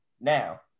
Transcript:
Now